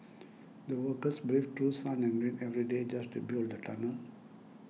the workers braved through sun and rain every day just to build the tunnel